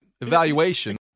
evaluation